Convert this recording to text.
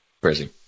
Crazy